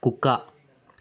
కుక్క